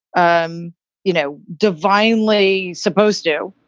um you know, divinely supposed to.